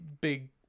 big